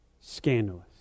scandalous